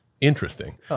interesting